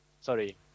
Sorry